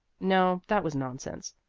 no, that was nonsense.